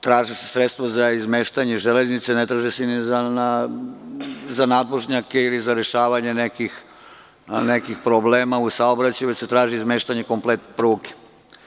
Traže se sredstva za izmeštanje železnice, a ne traže se za nadvožnjake ili za rešavanje nekih problema u saobraćaju već se traži izmeštanje kompletne pruge.